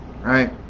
right